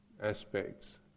aspects